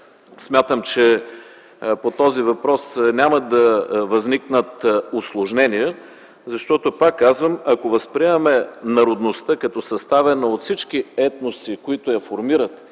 Смятам, че по този въпрос няма да възникнат усложнения. Пак казвам, ако възприемаме народността като съставена от всички етноси, които я формират